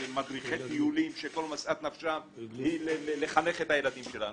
ומדריכי טיולים שכל משאת נפשם היא לחנך את הילדים שלנו.